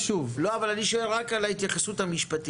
לא, אבל אני שואל רק על ההתייחסות המשפטית.